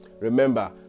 Remember